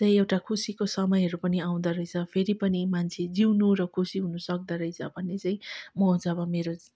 एउटा खुसीको समयहरू पनि आउँदोरहेछ फेरि पनि मान्छे जिउनु र खुशी हुनु सक्दोरहेछ भन्ने चाहिँ म जब मेरो